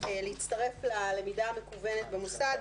להצטרף ללמידה המקוונת במוסד,